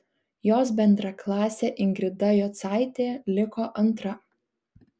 jos bendraklasė ingrida jocaitė liko antra